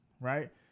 Right